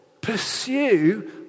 Pursue